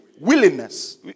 Willingness